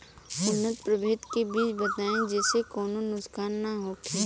उन्नत प्रभेद के बीज बताई जेसे कौनो नुकसान न होखे?